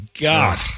God